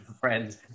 friends